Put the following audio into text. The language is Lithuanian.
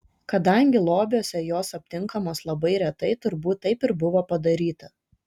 kadangi lobiuose jos aptinkamos labai retai turbūt taip ir buvo padaryta